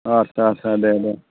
आच्चा आच्चा दे दे